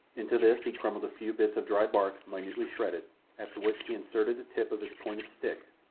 into this he crumbled a few bits of dry bark, minutely shredded, after which he inserted the tip of his pointed stick,